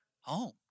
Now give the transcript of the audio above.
home